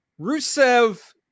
Rusev